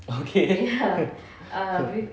okay